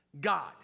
God